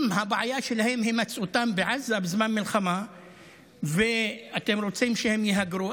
אם הבעיה שלהם היא הימצאותם בעזה בזמן מלחמה ואתם רוצים שהם יהגרו,